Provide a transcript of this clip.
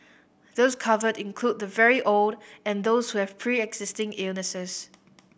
those covered include the very old and those who have preexisting illnesses